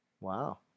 Wow